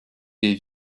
des